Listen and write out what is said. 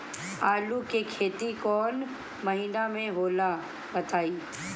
आलू के खेती कौन महीना में होला बताई?